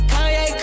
Kanye